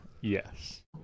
Yes